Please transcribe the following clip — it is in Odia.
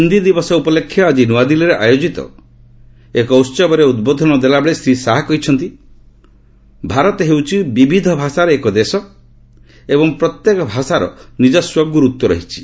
ହିନ୍ଦୀ ଦିବସ ଉପଲକ୍ଷେ ଆଜି ନୂଆଦିଲ୍ଲୀରେ ଆୟୋଜିତ ଏକ ଉତ୍ସବରେ ଉଦ୍ବୋଧନ ଦେଲାବେଳେ ଶ୍ରୀ ଶାହା କହିଛନ୍ତି ଭାରତ ହେଉଛି ବିବିଧ ଭାଷାର ଏକ ଦେଶ ଏବଂ ପ୍ରତ୍ୟେକ ଭାଷାର ନିଜସ୍ୱ ଗୁରୁତ୍ୱ ରହିଛି